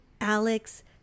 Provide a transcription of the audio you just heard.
Alex